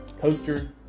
coaster